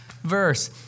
verse